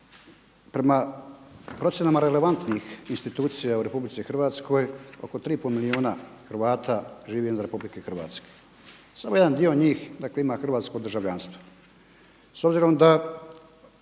prema procjenama relevantnih institucija u RH oko 3 i pol milijuna Hrvata živi izvan RH, samo jedan dio njih ima hrvatsko državljanstvo.